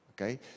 Okay